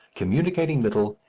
communicating little,